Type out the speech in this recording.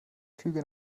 flüge